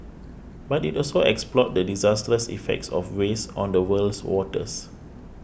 but it also explored the disastrous effects of waste on the world's waters